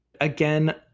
Again